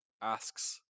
asks